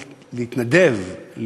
להתנדב,